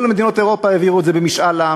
כל מדינות אירופה העבירו את זה במשאל עם.